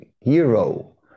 hero